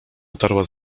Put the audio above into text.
potarła